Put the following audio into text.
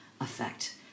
effect